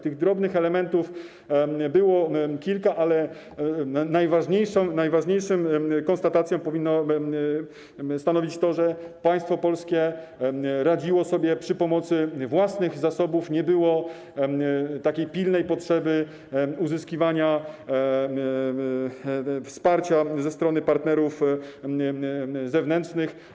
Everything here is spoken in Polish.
Tych drobnych elementów było kilka, ale najważniejszą konstatację powinno stanowić to, że państwo polskie radziło sobie za pomocą własnych zasobów, nie było pilnej potrzeby uzyskiwania wsparcia ze strony partnerów zewnętrznych.